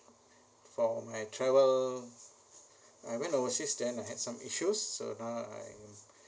for my travel I went overseas then I had some issues so now I